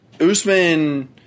Usman